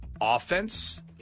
offense